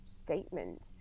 statement